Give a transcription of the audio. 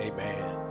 Amen